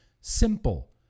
Simple